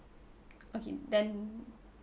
okay then